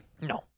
No